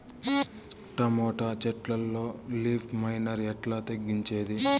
Tomato చెట్లల్లో leaf miner ఎట్లా తగ్గించేది?